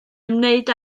ymwneud